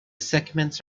segments